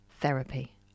therapy